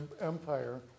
empire